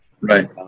Right